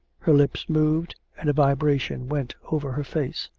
her lips moved, and a vibration went over her face.